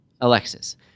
Alexis